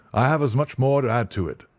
i have as much more to add to it.